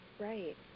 Right